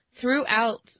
throughout